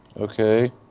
okay